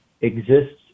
exists